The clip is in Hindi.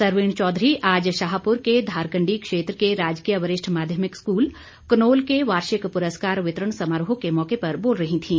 सरवीण चौधरी आज शाहपुर के धारकंडी क्षेत्र के राजकीय वरिष्ठ माध्यमिक स्कूल कनोल के वार्षिक पुरस्कार वितरण समारोह के मौके पर बोल रही थीं